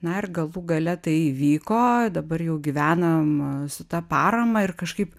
na ir galų gale tai įvyko dabar jau gyvenam su ta parama ir kažkaip